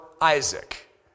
Isaac